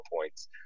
points